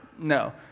No